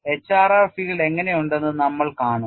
HRR field എങ്ങനെയുണ്ടെന്ന് നമ്മൾ കാണും